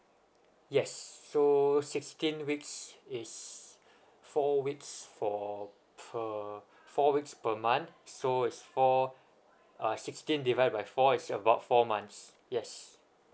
yes so sixteen weeks is four weeks for per four weeks per month so it's four uh sixteen divide by four is about four months yes